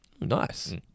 Nice